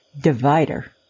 divider